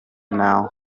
now